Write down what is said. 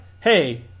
hey